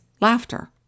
laughter